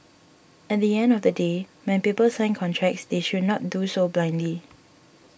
at the end of the day when people sign contracts they should not do so blindly